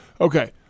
Okay